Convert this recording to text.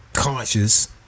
Conscious